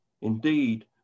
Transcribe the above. Indeed